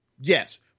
yes